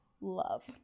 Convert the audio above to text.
love